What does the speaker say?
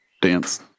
dance